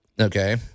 Okay